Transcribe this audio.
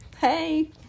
Hey